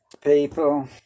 people